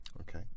Okay